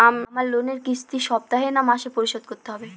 আমার লোনের কিস্তি সপ্তাহে না মাসে পরিশোধ করতে হবে?